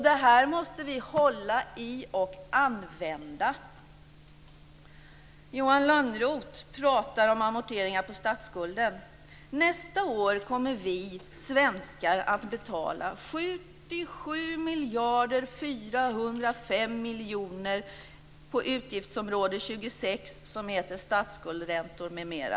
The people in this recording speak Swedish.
Detta måste vi hålla fast vid och använda. Johan Lönnroth pratade om amorteringar på statsskulden. Nästa år kommer vi svenskar att betala 26, Statsskuldsräntor m.m.